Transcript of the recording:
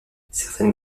certaines